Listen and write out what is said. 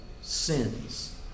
sins